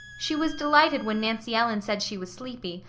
she was delighted when nancy ellen said she was sleepy,